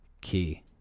key